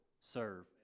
serve